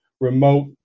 remote